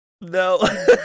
No